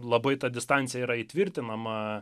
labai ta distancija yra įtvirtinama